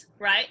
right